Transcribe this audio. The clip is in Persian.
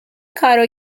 کارو